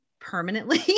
permanently